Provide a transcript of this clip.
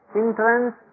entrance